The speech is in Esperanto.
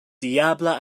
diabla